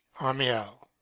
Amiel